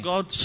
God